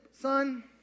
son